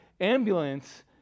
ambulance